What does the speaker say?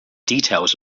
details